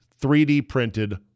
3D-printed